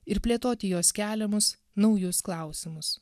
ir plėtoti jos keliamus naujus klausimus